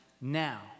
now